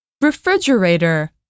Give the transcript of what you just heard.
Refrigerator